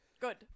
Good